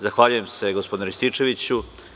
Zahvaljujem se, gospodine Rističeviću.